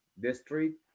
district